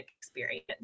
experience